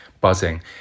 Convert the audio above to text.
buzzing